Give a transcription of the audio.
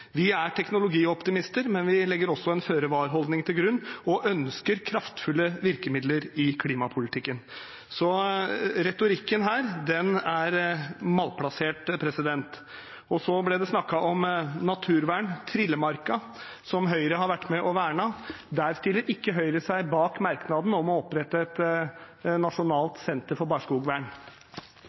Vi er teknologioptimister, men vi legger også en føre-var-holdning til grunn og ønsker kraftfulle virkemidler i klimapolitikken. Så retorikken her er malplassert. Så ble det snakket om naturvern. Når det gjelder Trillemarka, som Høyre har vært med på å verne, stiller ikke Høyre seg bak merknaden om å opprette et nasjonalt senter for barskogvern.